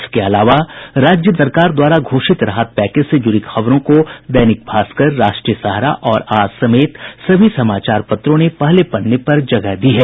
इसके अलावा राज्य सरकार द्वारा घोषित राहत पैकेज से जुड़ी खबरों को दैनिक भास्कर राष्ट्रीय सहारा और आज समेत सभी समाचार पत्रों ने पहले पन्ने पर जगह दी है